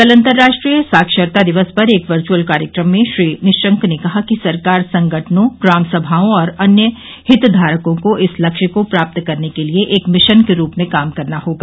कल अंतर्राष्ट्रीय साक्षरता दिवस पर एक वर्चअल कार्यक्रम में श्री निशंक ने कहा कि सरकार संगठनों ग्रामसभाओं और अन्य हितधारकों को इस लक्ष्य को प्राप्त करनेके लिए एक मिशन के रूप में काम करना होगा